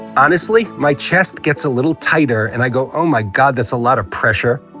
honestly, my chest gets a little tighter and i go, oh my god, that's a lot of pressure.